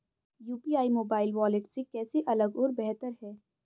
UPI mobile wallet से कैसे अलग और बेहतर है?